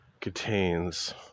contains